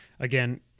Again